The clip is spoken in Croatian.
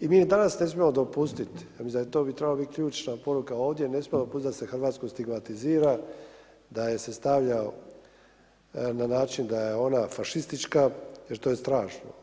i mi danas ne smijemo dopustiti i mislim da bi to trebala biti ključna poruka ovdje, ne smijemo pustiti da se Hrvatsku stigmatizira, da je se stavlja na način da je ona fašistička jer to je strašno.